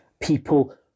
people